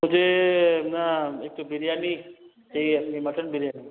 मुझे न एक बिरयानी चाहिए मटन बिरयानी